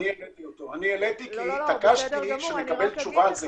העליתי אותו כי התעקשתי שנקבל על זה תשובה,